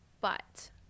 but-